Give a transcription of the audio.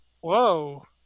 Whoa